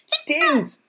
stings